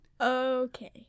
Okay